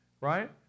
Right